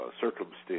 circumstance